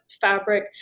fabric